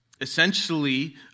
essentially